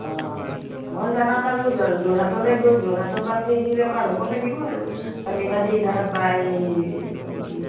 অঁ মই জনাত আৰু যোৰহাটলৈ গৈ যোৰহাটৰপৰা ফেৰিৰেপাৰ হ'ব লাগিব আৰু নিমাটি ঘাট বা এই এইখন কি